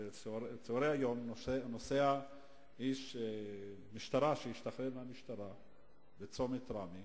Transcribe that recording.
בצהרי היום נוסע איש משטרה שהשתחרר מהמשטרה בצומת ראמה,